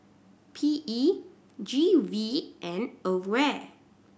P E G V and AWARE